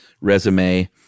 resume